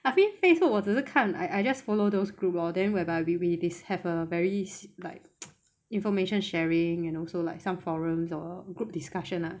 I feel Facebook 我只是看 I I just follow those group lor then whereby we we is have a very like information sharing and also like some forums or group discussion ah